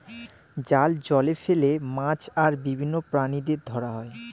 জাল জলে ফেলে মাছ আর বিভিন্ন প্রাণীদের ধরা হয়